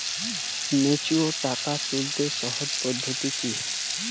Mature টাকা তুলতে সহজ পদ্ধতি কি?